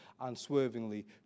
unswervingly